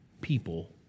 people